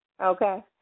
Okay